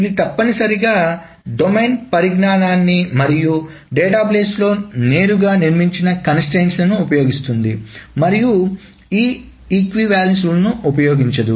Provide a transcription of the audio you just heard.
ఇది తప్పనిసరిగా డొమైన్ పరిజ్ఞానాన్ని మరియు డేటాబేస్లో నేరుగా నిర్మించిన కంస్ట్రయిన్స్ ఉపయోగిస్తుంది మరియు ఈ సమాన నియమాల ను ఉపయోగించదు